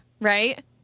right